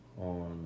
on